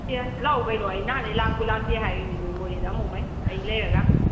ꯑꯦ ꯂꯥꯛꯎ ꯀꯩꯅꯣ ꯑꯩ ꯅꯍꯥꯟꯗꯩ ꯂꯥꯛꯄꯨ ꯂꯥꯛꯇꯦ ꯍꯥꯏꯔꯤꯅꯤꯅꯦ ꯃꯣꯔꯦꯗ ꯑꯃꯨꯛꯈꯩ ꯑꯩ ꯂꯩꯔꯒ